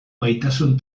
maitasun